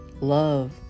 Love